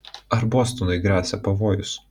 ar bostonui gresia pavojus